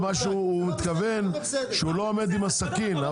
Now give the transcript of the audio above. מה שהוא התכוון זה שהוא לא עומד עם הסכין,